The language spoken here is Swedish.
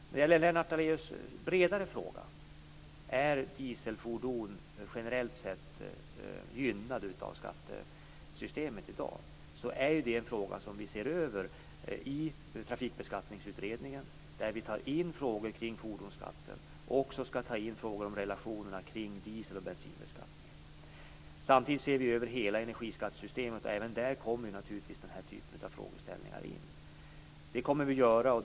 När det gäller Lennart Daléus bredare fråga, om dieselfordon generellt sett är gynnade av skattesystemet i dag, är det en fråga som vi ser över i Trafikbeskattningsutredningen. Där tar vi in frågor kring fordonsskatten och skall också ta in frågor om relationerna mellan diesel och bensinbeskattningen. Samtidigt ser vi över hela energiskattesystemet, och även där kommer självfallet den här typen av frågeställningar in.